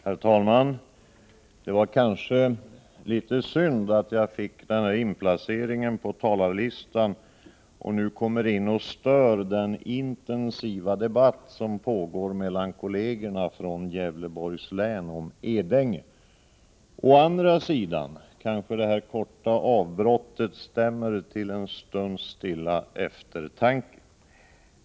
Herr talman! Det var kanske litet synd att jag fick denna inplacering på talarlistan och nu kommer in och stör den intensiva debatt som pågår mellan kollegerna från Gävleborgs län om Edänge. Å andra sidan kanske detta korta avbrott stämmer till en stunds stilla eftertanke.